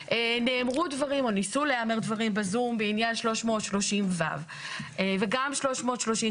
נאמרו דברים או ניסו להיאמר דברים בזום בעניין 330ו וגם 330ג1,